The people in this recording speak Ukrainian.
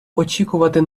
очікувати